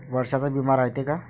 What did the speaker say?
वर्षाचा बिमा रायते का?